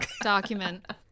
document